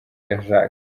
jacques